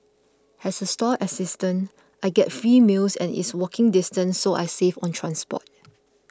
as a stall assistant I get free meals and it's walking distance so I save on transport